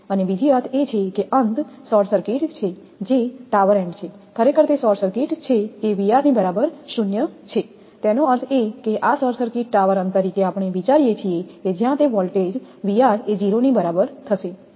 અને બીજી વાત એ છે કે અંત શોર્ટ સર્કિટ છે જે ટાવર એન્ડ છે ખરેખર શોર્ટ સર્કિટ છે કે ની બરાબર 0 છે તેનો અર્થ એ કે આ શોર્ટ સર્કિટ ટાવર અંત તરીકે આપણે વિચારીએ છીએ કે જ્યાં તે વોલ્ટેજ એ 0 ની બરાબર છે